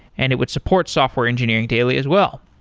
and it would support software engineering daily as well.